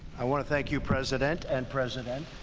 i want to thank you, president and president.